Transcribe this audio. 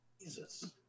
Jesus